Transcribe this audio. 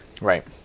Right